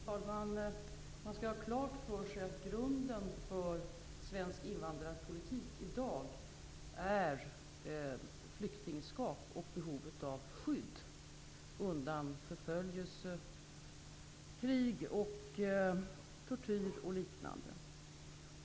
Fru talman! Man skall ha klart för sig att grunden för svensk invandrarpolitik i dag är flyktingskap och behovet av skydd undan förföljelse, krig, tortyr och liknande.